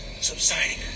subsiding